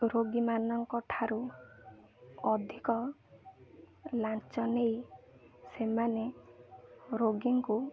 ରୋଗୀମାନଙ୍କ ଠାରୁ ଅଧିକ ଲାଞ୍ଚ ନେଇ ସେମାନେ ରୋଗୀଙ୍କୁ